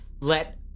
Let